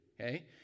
okay